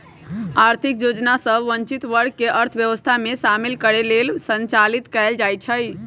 आर्थिक योजना सभ वंचित वर्ग के अर्थव्यवस्था में शामिल करे लेल संचालित कएल जाइ छइ